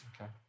Okay